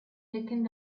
taking